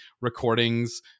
recordings